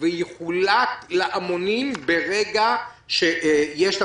ויחולק להמונים ברגע שיש...